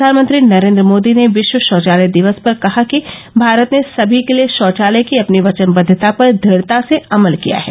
प्रधानमंत्री नरेन्द्र मोदी ने विश्व शौचालय दिवस पर कहा कि भारत ने सभी के लिए शौचालय की अपनी वचनबद्दता पर द्रदढ़ता से अमल किया है